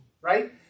right